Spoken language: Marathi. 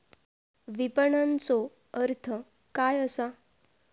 विपणनचो अर्थ काय असा?